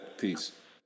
Peace